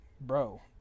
Bro